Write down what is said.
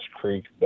creek